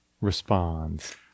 responds